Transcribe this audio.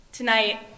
Tonight